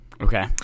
Okay